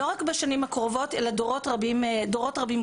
לא רק בשנים הקרובות אלא דורות רבים קדימה,